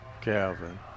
Calvin